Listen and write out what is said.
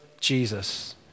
Jesus